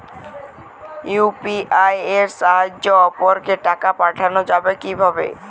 UPI এর সাহায্যে অপরকে টাকা পাঠানো যাবে কিভাবে?